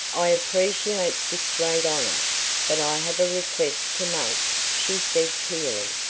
i appreciate this great honor, but i have a request to make, she said clearly.